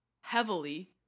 heavily